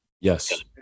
Yes